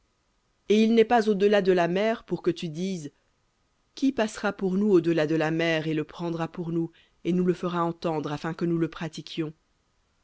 et il n'est pas au delà de la mer pour que tu dises qui passera pour nous au delà de la mer et le prendra pour nous et nous le fera entendre afin que nous le pratiquions